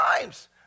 times